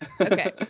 Okay